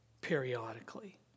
periodically